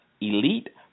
elite